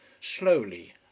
slowly